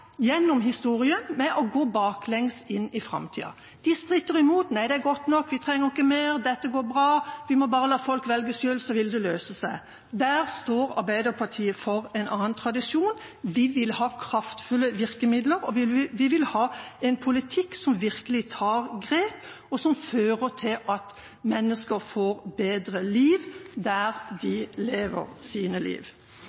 gjennom historien med å gå baklengs inn i framtida. De stritter imot – nei, det er godt nok, vi trenger ikke mer, dette går bra, vi må bare la folk velge selv, så vil det løse seg. Der står Arbeiderpartiet for en annen tradisjon: Vi vil ha kraftfulle virkemidler, og vi vil ha en politikk som virkelig tar grep, og som fører til at mennesker får bedre liv der